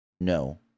no